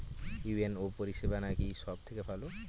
UNO পরিসেবা নাকি সব থেকে ভালো?